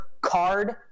card